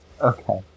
Okay